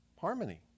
harmony